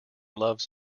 loves